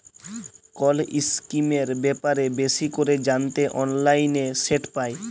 call ইসকিমের ব্যাপারে বেশি ক্যরে জ্যানতে অললাইলে সেট পায়